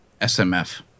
SMF